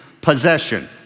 possession